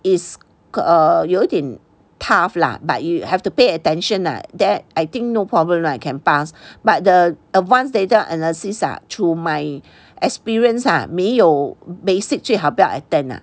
is err 有点 tough lah but you have to pay attention lah then I think no problem lah can pass but the advanced data analysis through my experience ah 没有 basic 最好不要 attend ah